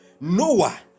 Noah